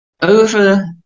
over